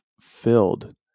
filled